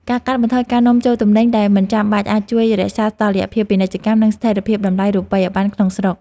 ការកាត់បន្ថយការនាំចូលទំនិញដែលមិនចាំបាច់អាចជួយរក្សាតុល្យភាពពាណិជ្ជកម្ម និងស្ថិរភាពតម្លៃរូបិយប័ណ្ណក្នុងស្រុក។